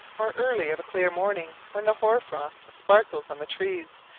or early of a clear morning, when the hoar-frost sparkles on the trees,